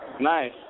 Nice